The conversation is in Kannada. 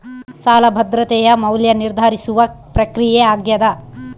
ಸಾಲ ಭದ್ರತೆಯ ಮೌಲ್ಯ ನಿರ್ಧರಿಸುವ ಪ್ರಕ್ರಿಯೆ ಆಗ್ಯಾದ